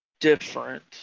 different